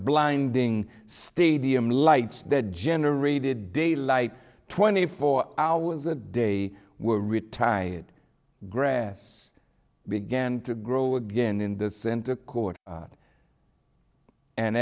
blinding stadium lights that generated daylight twenty four hours a day were retied grass began to grow again in the center court